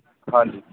ਹਾਂਜੀ